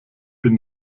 bin